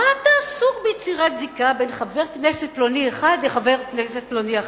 מה אתה עסוק ביצירת זיקה בין חבר כנסת פלוני אחד לחבר כנסת פלוני אחר?